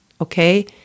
okay